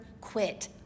quit